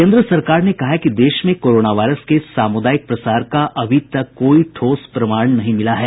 केन्द्र सरकार ने कहा है कि देश में कोरोना वायरस के सामुदायिक प्रसार का अभी तक कोई ठोस प्रमाण नहीं मिला है